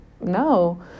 no